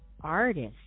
artist